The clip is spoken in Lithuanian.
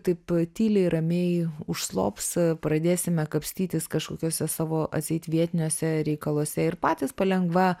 taip tyliai ramiai užslops pradėsime kapstytis kažkokiuose savo atseit vietiniuose reikaluose ir patys palengva